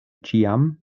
ĉiam